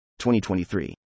2023